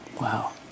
Wow